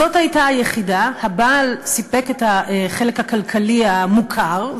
זאת הייתה היחידה: הבעל סיפק את החלק הכלכלי המוכר,